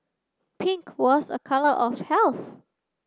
pink was a colour of health